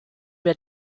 wir